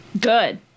Good